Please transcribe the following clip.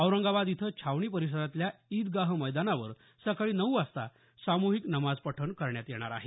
औरंगाबाद इथं छावणी परिसरातल्या ईदगाह मैदानावर सकाळी नऊ वाजता सामुहिक नमाज पठण करण्यात येणार आहे